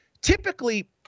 typically